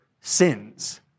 sins